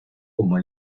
como